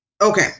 Okay